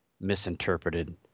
misinterpreted